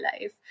life